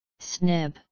Snib